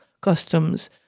customs